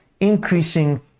increasing